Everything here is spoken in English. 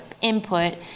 input